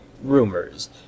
Rumors